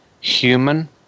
human